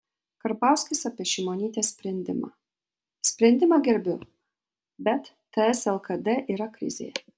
karbauskis apie šimonytės sprendimą sprendimą gerbiu bet ts lkd yra krizėje